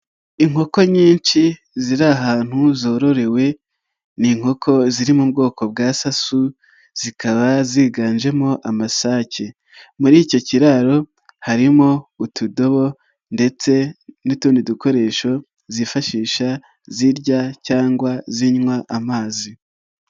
Inkoko nyinshi ziri ahantu zororewe ni inkoko ziri mu bwoko bwa sasu zikaba ziganjemo amasake, muri icyo kiraro harimo utudobo ndetse n'utundi dukoresho zifashisha zirya cyangwa zinywa amazi.